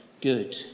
good